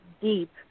deep